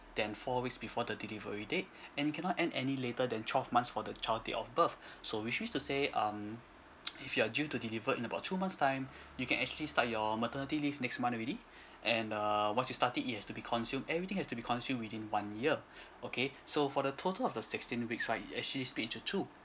than four weeks before the delivery date and you cannot end any later than twelve months for the child date of birth so which means to say um if you are due to deliver in about two months time you can actually start your maternity leave next month already and uh once you started it has to be consumed everything has to be consumed within one year okay so for the total of the sixteen weeks right it actually split into two